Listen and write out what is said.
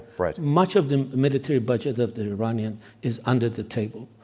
right. much of the military budget of the iranian is under the table.